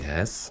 Yes